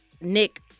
Nick